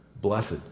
blessed